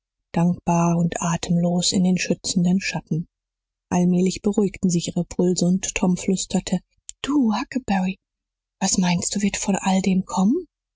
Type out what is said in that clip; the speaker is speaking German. dankbar und atemlos in den schützenden schatten allmählich beruhigten sich ihre pulse und tom flüsterte du huckleberry was meinst du wird von all dem kommen